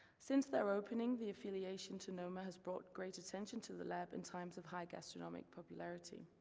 since their opening, the affiliation to noma has brought great attention to the lab in times of high gastronomic popularity,